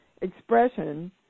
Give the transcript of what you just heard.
expression